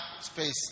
space